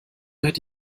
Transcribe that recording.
hätte